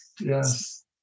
Yes